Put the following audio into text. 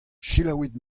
selaouit